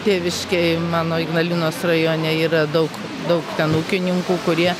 tėviškėj mano ignalinos rajone yra daug daug ten ūkininkų kurie